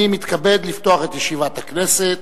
אני מתכבד לפתוח את ישיבת הכנסת.